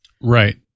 Right